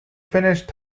finished